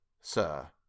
sir